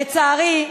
לצערי,